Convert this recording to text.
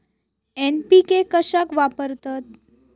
NPK कशाक वापरतत?